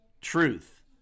truth